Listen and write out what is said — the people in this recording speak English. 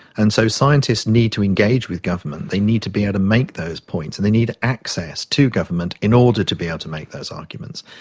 and so scientists need to engage with government, they need to be able to make those points and they need access to government in order to be able to make those arguments.